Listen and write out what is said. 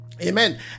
amen